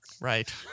right